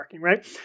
right